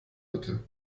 bitte